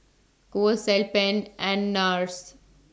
Kose Alpen and Nars